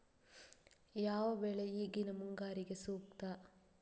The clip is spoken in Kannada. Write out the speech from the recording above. ಯಾವ ಬೆಳೆ ಈಗಿನ ಮುಂಗಾರಿಗೆ ಸೂಕ್ತ?